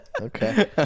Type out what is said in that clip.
Okay